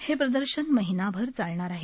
हे प्रदर्शन महिनाभर चालणार आहे